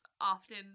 often